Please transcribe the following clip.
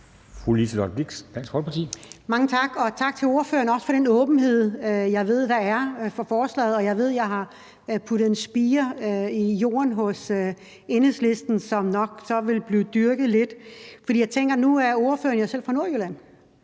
Mange tak, og tak til ordføreren, også for den åbenhed, jeg ved der er for forslaget, og jeg ved, at jeg har puttet en spire i jorden hos Enhedslisten, som nok så vil blive dyrket lidt. Nu er ordføreren jo selv fra Nordjylland,